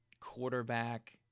quarterback